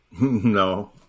No